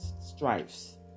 strifes